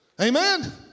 Amen